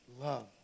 love